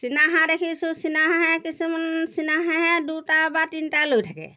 চীনাহাঁহ দেখিছোঁ চীনাহাঁহে কিছুমান চীনাহাঁহে দুটা বা তিনিটা লৈ থাকে